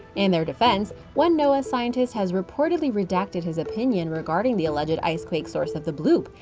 in their defense, one noaa scientists has reportedly redacted his opinion regarding the alleged icequake source of the bloop,